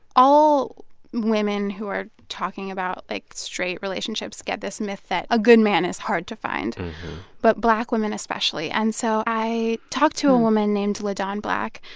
all women who are talking about, like, straight relationships get this myth that a good man is hard to find but black women especially. and so i talked to a woman named ladawn black.